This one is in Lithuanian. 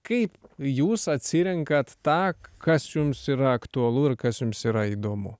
kaip jūs atsirenkat tą kas jums yra aktualu ir kas jums yra įdomu